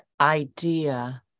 Idea